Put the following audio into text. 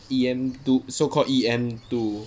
E_M two so called E_M two